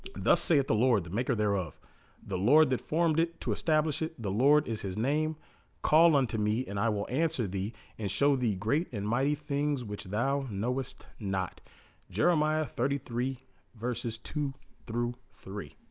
thus saith the lord the maker thereof the lord that formed it to establish it the lord is his name call unto me and i will answer thee and show thee great and mighty things which thou knowest not jeremiah thirty three verses two through three